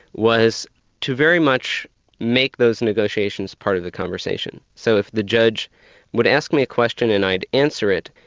was to very much make those negotiations part of the conversation. so if the judge would ask me a question and i'd answer it,